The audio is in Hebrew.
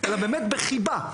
אלא באמת בחיבה.